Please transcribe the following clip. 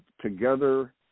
Together